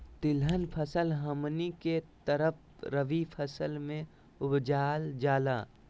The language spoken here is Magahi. तिलहन फसल हमनी के तरफ रबी मौसम में उपजाल जाला